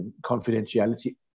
confidentiality